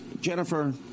Jennifer